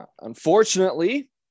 Unfortunately